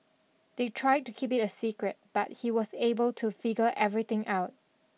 they tried to keep it a secret but he was able to figure everything out